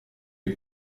est